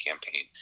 campaign